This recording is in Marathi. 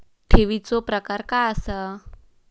ठेवीचो प्रकार काय असा?